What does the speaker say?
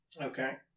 Okay